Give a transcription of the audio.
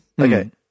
Okay